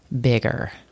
bigger